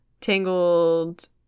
Tangled